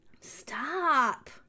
Stop